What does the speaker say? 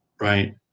right